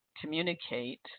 communicate